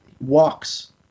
walks